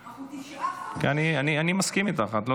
אנחנו תשעה חודשים באירוע, וחודש לפני פגרה.